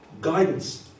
guidance